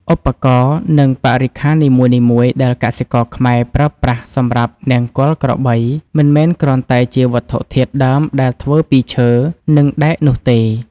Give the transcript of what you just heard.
ឧបករណ៍ និងបរិក្ខារនីមួយៗដែលកសិករខ្មែរប្រើប្រាស់សម្រាប់នង្គ័លក្របី មិនមែនគ្រាន់តែជាវត្ថុធាតុដើមដែលធ្វើពីឈើ និងដែកនោះទេ។